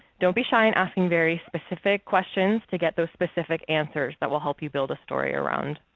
don't be shy in asking very specific questions to get those specific answers that will help you build a story around.